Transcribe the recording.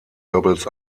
goebbels